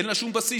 אין לה שום בסיס.